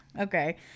Okay